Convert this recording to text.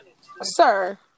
Sir